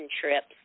trips